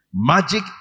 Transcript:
Magic